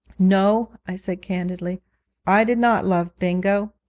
no, i said candidly i did not love bingo.